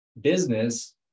business